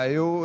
eu